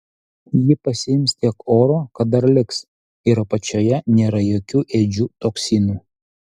ji pasiims tiek oro kad dar liks ir apačioje nėra jokių ėdžių toksinų